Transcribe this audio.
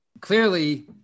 Clearly